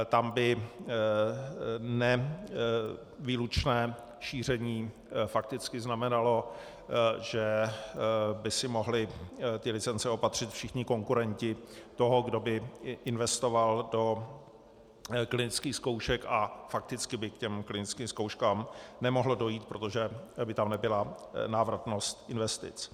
Tam by nevýlučné šíření fakticky znamenalo, že by si mohli ty licence opatřit všichni konkurenti toho, kdo by investoval do klinických zkoušek, a fakticky by k těm klinickým zkouškám nemohlo dojít, protože by tam nebyla návratnost investic.